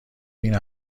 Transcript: این